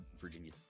Virginia